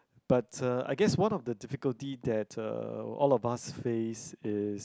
but uh I guess one of the difficulty that uh all of us face is